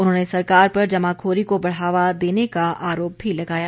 उन्होंने सरकार पर जमाखोरी को बढ़ावा देने का आरोप भी लगाया